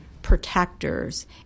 protectors